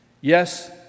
Yes